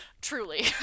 Truly